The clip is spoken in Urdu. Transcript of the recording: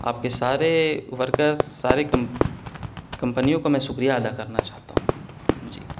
آپ کے سارے ورکرس سارے کم کمپنیوں کو میں شکریہ ادا کرنا چاہتا ہوں جی